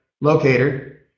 locator